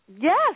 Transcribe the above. Yes